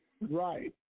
Right